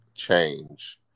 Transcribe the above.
Change